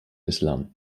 islam